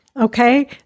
Okay